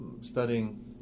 studying